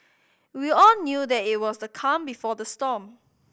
we all knew that it was the calm before the storm